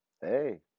hey